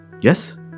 Yes